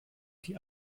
die